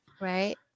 Right